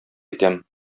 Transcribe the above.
итәм